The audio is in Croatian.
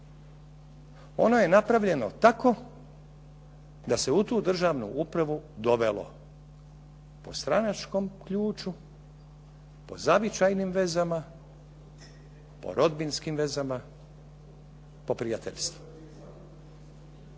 ono je napravljeno tako da se u tu državnu upravu dovelo po stranačkom ključu, po zavičajnim vezama, po rodbinskim vezama, po prijateljstvu.